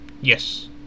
yes